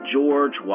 George